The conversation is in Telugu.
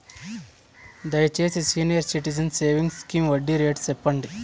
దయచేసి సీనియర్ సిటిజన్స్ సేవింగ్స్ స్కీమ్ వడ్డీ రేటు సెప్పండి